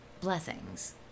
blessings